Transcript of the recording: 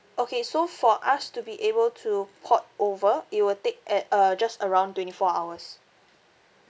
okay so for us to be able to port over it will take at uh just around twenty four hours